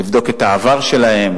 לבדוק את העבר שלהן,